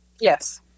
Yes